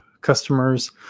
customers